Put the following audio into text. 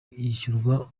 yishyurwa